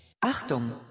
Achtung